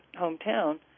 hometown